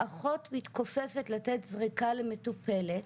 אחות מתכופפת לתת זריקה למטופלת,